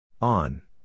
On